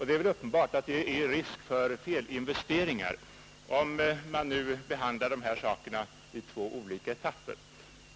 Det är uppenbart att det föreligger risk för felinvesteringar, om dessa båda ärenden handläggs var för sig i två etapper.